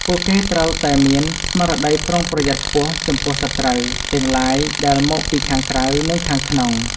ពួកគេត្រូវតែមានស្មារតីប្រុងប្រយ័ត្នខ្ពស់ចំពោះ «សត្រូវ» ទាំងឡាយដែលមកពីខាងក្រៅ និងខាងក្នុង។